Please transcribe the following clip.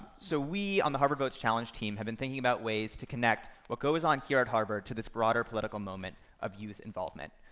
so we on the harvard votes challenge team have been thinking about ways to connect what goes on here at harvard to this broader political moment of youth involvement.